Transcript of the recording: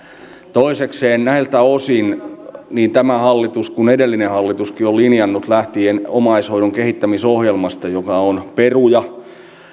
toisekseen näiltä osin niin tämä hallitus kuin edellinen hallituskin on linjannut lähtien omaishoidon kehittämisohjelmasta joka on peruja